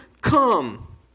Come